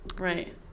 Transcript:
Right